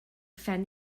phen